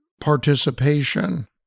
participation